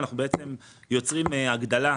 אנחנו יוצרים הגדלה.